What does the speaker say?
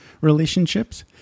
relationships